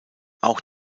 auch